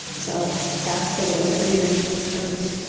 so that's the word that we eventually chose.